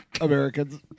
Americans